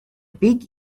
big